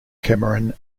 cameron